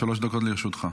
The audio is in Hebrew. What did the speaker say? שלוש דקות לרשותך.